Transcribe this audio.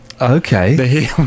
okay